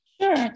Sure